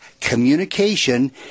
communication